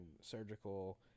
surgical